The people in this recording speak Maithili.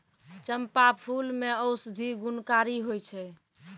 चंपा फूल मे औषधि गुणकारी होय छै